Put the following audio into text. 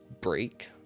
break